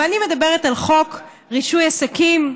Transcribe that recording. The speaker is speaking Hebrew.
ואני מדברת על חוק רישוי עסקים,